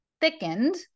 thickened